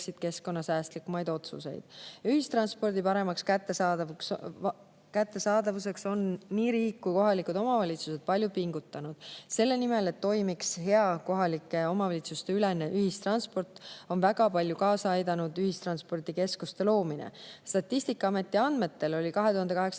keskkonnasäästlikumaid otsuseid. Ühistranspordi paremaks kättesaadavuseks on nii riik kui ka kohalikud omavalitsused palju pingutanud. Selle nimel, et toimiks hea kohalike omavalitsuste ülene ühistransport, on väga palju kaasa aidanud ühistranspordikeskuste loomine. Statistikaameti andmetel oli 2018.